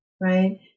right